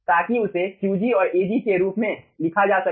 ताकि उसे Qg और Ag के रूप में लिखा जा सके